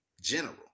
general